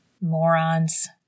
Morons